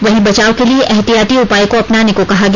वहीं बचाव के लिए ऐहतियाति उपाय को अपनाने को कहा गया